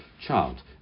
child